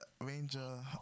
ranger